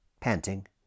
Panting